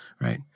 right